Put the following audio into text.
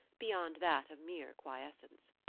beyond that of mere quiescence.